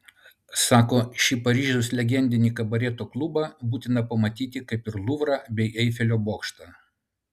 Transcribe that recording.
sako šį paryžiaus legendinį kabareto klubą būtina pamatyti kaip ir luvrą bei eifelio bokštą